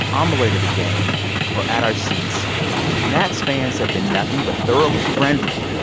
on the way to the game or at our seats nats fans have been nothing but thoroughly friendly,